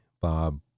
Bob